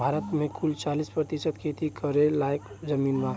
भारत मे कुल चालीस प्रतिशत खेती करे लायक जमीन बा